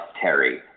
terry